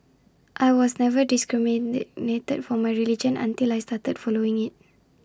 I was never discriminated for my religion until I started following IT